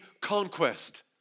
conquest